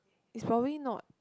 is probably not